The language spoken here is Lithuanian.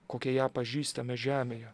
kokią ją pažįstame žemėje